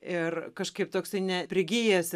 ir kažkaip toksai neprigijęs